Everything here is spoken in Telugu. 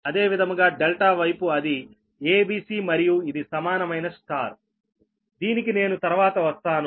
అదే విధముగా ∆ వైపు అది a b c మరియు ఇది సమానమైన Yదీనికి నేను తర్వాత వస్తాను